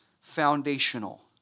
foundational